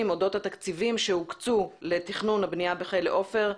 אודות התקציבים שהוקצו לתכנון הבנייה בכלא עופר,